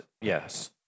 yes